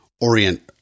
orient